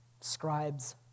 scribes